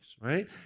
right